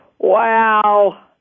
Wow